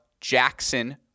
Jackson